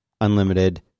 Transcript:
unlimited